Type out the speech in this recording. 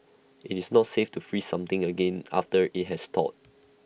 IT is not safe to freeze something again after IT has thawed